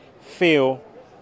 feel